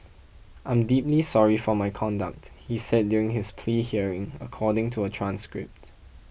I am deeply sorry for my conduct he said during his plea hearing according to a transcript